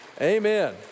Amen